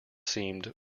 seemed